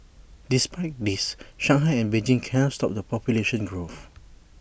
despite this Shanghai and Beijing cannot stop the population growth